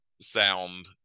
sound